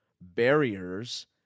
barriers